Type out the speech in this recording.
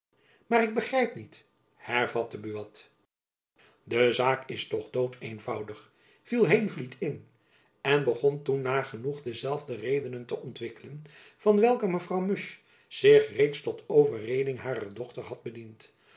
maar ik begrijp niet hervatte buat jacob van lennep elizabeth musch de zaak is toch dood eenvoudig viel heenvliet in en begon toen nagenoeg de zelfde redenen te ontwikkelen van welke mevrouw musch zich reeds tot overreding harer dochter had bediend